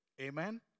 Amen